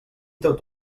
tot